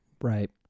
right